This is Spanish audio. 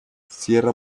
cierra